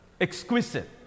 Exquisite